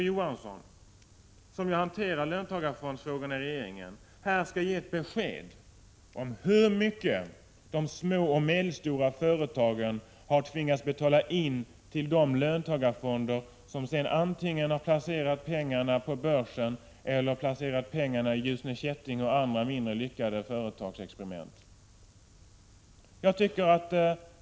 Å. Johansson, som hanterar löntagarfondsfrågorna i regeringen, bör här ge ett besked om hur mycket de små och medelstora företagen har tvingats betala in till de löntagarfonder som sedan antingen har placerat pengarna på börsen eller har placerat pengarna i Ljusne Kätting och andra mindre lyckade företagsexperiment. Om Bengt K.